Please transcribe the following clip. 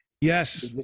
Yes